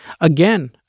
Again